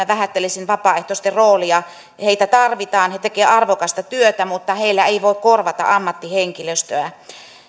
vähättelisin vapaaehtoisten roolia heitä tarvitaan he tekevät arvokasta työtä mutta heillä ei voi korvata ammattihenkilöstöä